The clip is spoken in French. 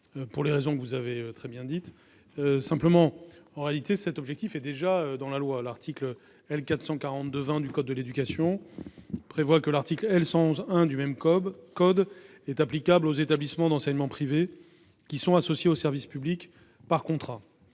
pour des raisons qui ont été très bien rappelées. Cela étant, cet objectif figure déjà dans la loi : l'article L. 442-20 du code de l'éducation précise que l'article L. 111-1 du même code est applicable aux établissements d'enseignement privés qui sont associés au service public par contrat.